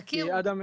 תכירו.